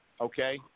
okay